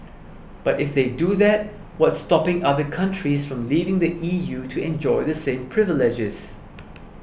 but if they do that what's stopping other countries from leaving the E U to enjoy the same privileges